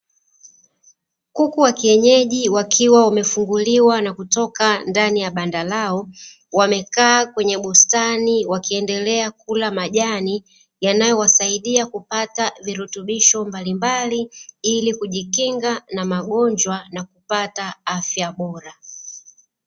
Kuku wa kienyeji wakiwa wamefunguliwa na kutoka ndani ya banda lao, wamekaa kwenye bustani wakiendelea kula majani; yanayowasaidia kupata virutubisho mbalimbali, ili kujikinga na magonjwa na kupata afya bora.